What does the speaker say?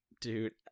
Dude